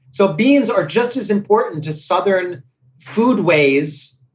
so beans are just as important to southern foodways.